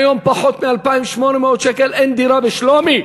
היום בפחות מ-2,800 אין דירה בשלומי.